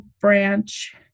branch